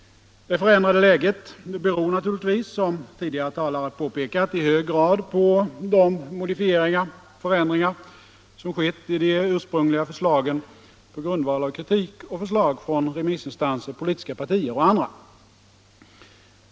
Det förändrade läget beror naturligtvis, som tidigare talare påpekat, i hög grad på de modifieringar och förändringar som skett i de ursprungliga förslagen på grundval av kritik och förslag från remissinstanser, från politiska partier och från andra håll.